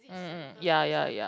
mm mm ya ya ya